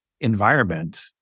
environment